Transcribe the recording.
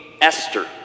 Esther